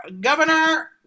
Governor